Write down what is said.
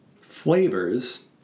flavors